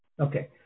Okay